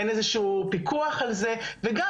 אין איזה שהוא פיקוח על זה וגם,